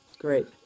great